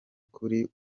kuri